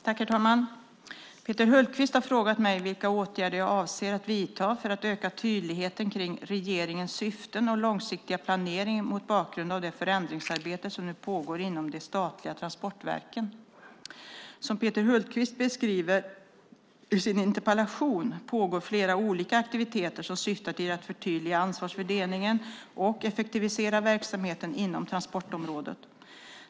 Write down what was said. Herr talman! Peter Hultqvist har frågat mig vilka åtgärder jag avser att vidta för att öka tydligheten kring regeringens syften och långsiktiga planering mot bakgrund av det förändringsarbete som nu pågår inom de statliga transportverken. Som Peter Hultqvist beskriver i sin interpellation pågår flera olika aktiviteter som syftar till att förtydliga ansvarsfördelningen och effektivisera verksamheten inom transportområdet.